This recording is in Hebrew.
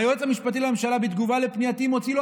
והיועץ המשפטי לממשלה בתגובה על פנייתי מוציא לו